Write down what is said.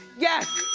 yes,